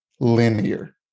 linear